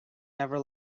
never